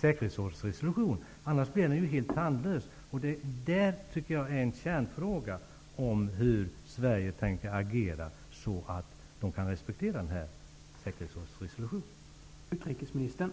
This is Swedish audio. säkerhetsrådets resolution -- annars blir den helt tandlös. Det är en kärnfråga, hur Sverige tänker agera så att säkerhetsrådets resolution kan respekteras.